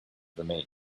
remained